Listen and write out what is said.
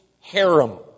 harem